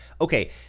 Okay